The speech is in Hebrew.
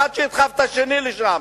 שאחד ידחוף את השני לשם.